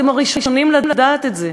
אתם הראשונים לדעת את זה.